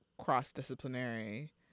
cross-disciplinary